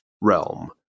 realm